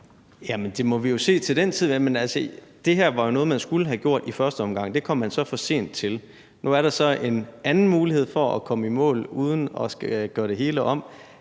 Det må vi jo se til den tid. Men altså, det her var jo noget, man skulle have gjort i første omgang, og det kom man så for sent til. Nu er der så en anden mulighed for at komme i mål uden at skulle gøre det hele om,